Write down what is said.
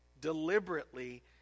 Deliberately